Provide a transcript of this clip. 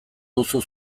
duzu